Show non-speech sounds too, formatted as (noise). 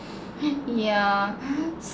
(breath) yeah (breath)